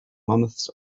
months